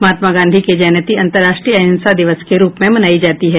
महात्मा गांधी की जयंती अंतर्राष्ट्रीय अहिंसा दिवस के रूप में भी मनाई जाती है